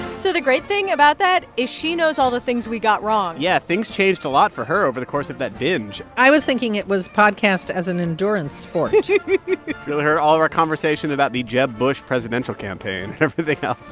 so the great thing about that is she knows all the things we got wrong yeah. things changed a lot for her over the course of that binge i was thinking it was podcast as an endurance sport you know she heard all of our conversations about the jeb bush presidential campaign and everything else.